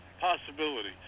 possibility